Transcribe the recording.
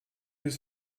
des